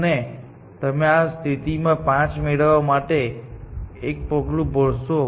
અને તમે આ સ્થિતિમાં 5 મેળવવા માટે એક પગલું ભરશો